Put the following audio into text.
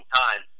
time